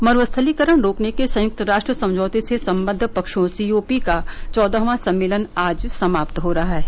मरूस्थलीकरण रोकने के संयुक्त राष्ट्र समझौते से संबद्व पक्षों सीओपी का चौदहवां सम्मेलन आज समाप्त हो रहा है